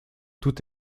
tout